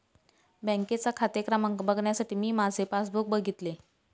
बँकेचा खाते क्रमांक बघण्यासाठी मी माझे पासबुक बघितले